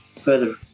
further